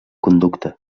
conducte